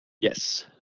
yes